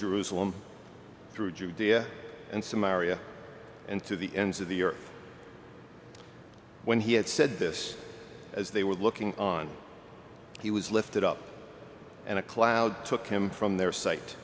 jerusalem through judea and samaria and to the ends of the earth when he had said this as they were looking on he was lifted up and a cloud took him from their si